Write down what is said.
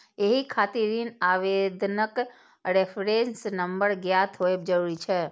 एहि खातिर ऋण आवेदनक रेफरेंस नंबर ज्ञात होयब जरूरी छै